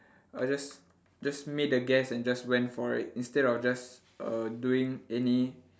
I just just made a guess and just went for it instead of just err doing any